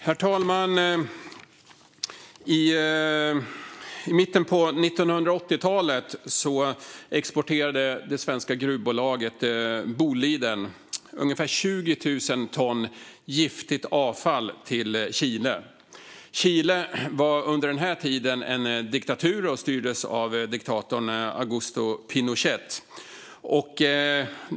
Herr talman! I mitten av 1980-talet exporterade det svenska gruvbolaget Boliden ungefär 20 000 ton giftigt avfall till Chile. Chile var under den här tiden en diktatur och styrdes av diktatorn Augusto Pinochet.